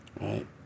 Right